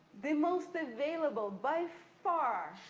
the most available, by far,